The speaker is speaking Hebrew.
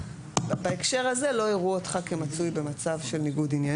בהקשר הזה לא יראו אותך כמצוי במצב של ניגוד עניינים,